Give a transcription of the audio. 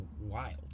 wild